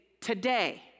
today